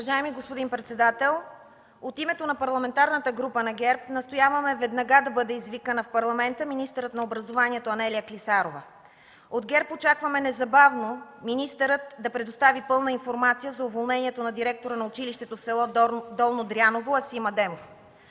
Уважаеми господин председател, от името на Парламентарната група на ГЕРБ настояваме веднага да бъде извикана в Парламента министърът на образованието Анелия Клисарова. От ГЕРБ очакваме незабавно министърът да предостави пълна информация за уволнението на директора на училището в с. Долно Дряново Асим Адемов.